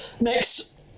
Next